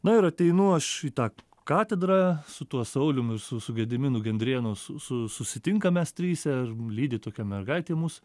na ir ateinu aš į tą katedrą su tuo saulium ir su su gediminu gendrėnu su su susitinkam mes tryse lydi tokia mergaitė mus